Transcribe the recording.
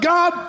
God